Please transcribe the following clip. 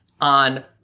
on-